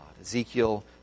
Ezekiel